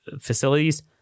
facilities